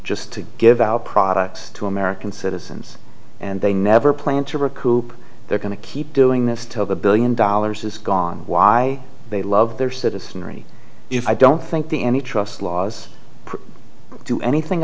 just to give out products to american citizens and they never plan to recoup they're going to keep doing this till the billion dollars is gone why they love their citizenry if i don't think the any trust laws do anything